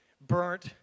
burnt